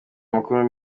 amakuru